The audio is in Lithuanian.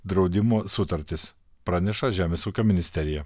draudimo sutartis praneša žemės ūkio ministerija